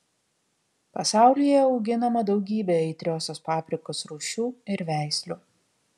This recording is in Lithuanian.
pasaulyje auginama daugybė aitriosios paprikos rūšių ir veislių